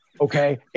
okay